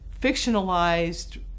fictionalized